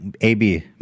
AB